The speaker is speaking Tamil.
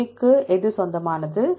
எது A க்கு சொந்தமானது